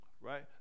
right